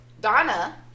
Donna